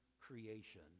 creation